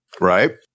Right